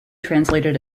translated